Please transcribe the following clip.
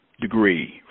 degree